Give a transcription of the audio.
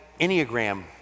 Enneagram